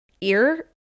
ear